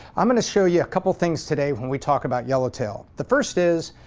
i'm going to show you a couple of things today when we talk about yellow tail. the first is,